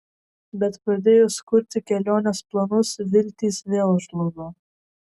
bet pradėjus kurti kelionės planus viltys vėl žlugo